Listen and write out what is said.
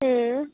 ᱦᱩᱸ